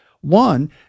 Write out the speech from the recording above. One